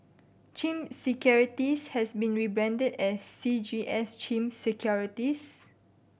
CIMB Securities has been rebranded as C G S CIMB Securities